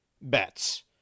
bets